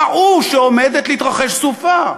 ראו שעומדת להתרחש סופה,